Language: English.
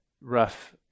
rough